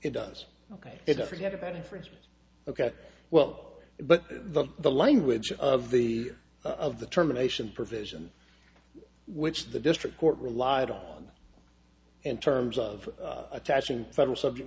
it does ok forget about infringement ok well but the the language of the of the terminations provision which the district court relied on and terms of attaching federal subject